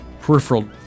peripheral